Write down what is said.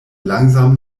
langsam